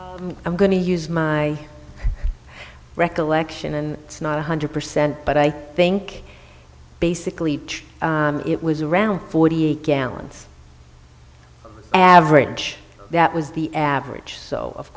people i'm going to use my recollection and it's not one hundred percent but i think basically it was around forty eight gallons average that was the average so of